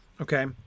okay